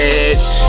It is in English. edge